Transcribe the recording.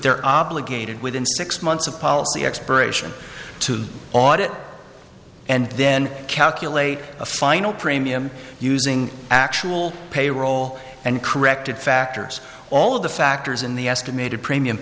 they're obligated within six months of policy expiration to audit and then calculate a final premium using actual payroll and corrected factors all of the factors in the estimated premium